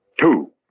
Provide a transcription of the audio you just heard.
two